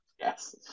Yes